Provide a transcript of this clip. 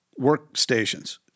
workstations